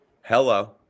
Hello